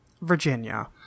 Virginia